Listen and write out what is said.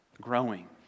growing